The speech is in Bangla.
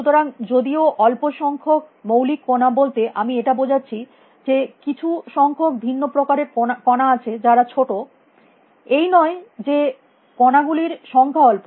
সুতরাং যদিও অল্প সংখ্যক মৌলিক কণা বলতে আমি এটা বোঝাচ্ছি যে কিছু সংখ্যক ভিন্ন প্রকারের কণা আছে যারা ছোটো এই নয় যে কণা গুলির সংখ্যা অল্প